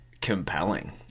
compelling